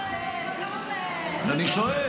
חבל --- אני שואל.